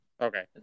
Okay